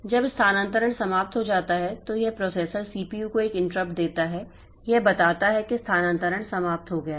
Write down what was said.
जब स्थानांतरण समाप्त हो जाता है तो यह प्रोसेसर सीपीयू को एक इंटरप्ट देता है यह बताता है कि स्थानांतरण समाप्त हो गया है